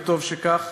וטוב שכך,